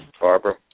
Barbara